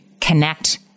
connect